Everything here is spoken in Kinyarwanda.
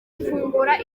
mfungura